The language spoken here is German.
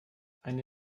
eine